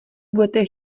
budete